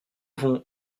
vont